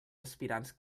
aspirants